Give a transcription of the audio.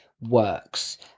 works